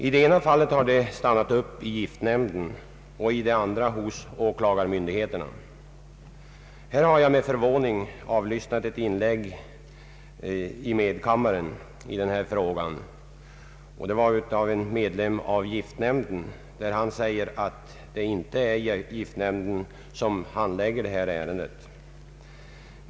I ena fallet har det stannat upp i giftnämnden och i andra fallet hos åklagarmyndigheten. Jag har med förvåning avlyssnat ett inlägg i medkammaren beträffande denna fråga av en ledamot i giftnämnden som förklarade att det inte är giftnämnden som handlägger dessa ärenden.